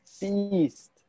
beast